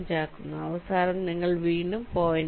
95 ആക്കുന്നു അവസാനം നിങ്ങൾ വീണ്ടും 0